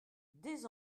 des